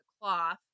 cloth